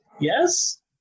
Yes